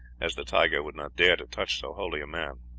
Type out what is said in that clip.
as the tiger would not dare to touch so holy a man.